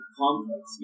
complex